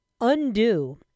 undo